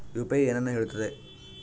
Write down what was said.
UPI ಏನನ್ನು ಹೇಳುತ್ತದೆ?